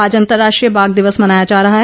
आज अंतर्राष्ट्रीय बाघ दिवस मनाया जा रहा है